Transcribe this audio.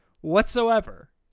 whatsoever